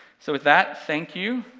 so with that, thank you,